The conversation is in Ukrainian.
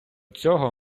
цього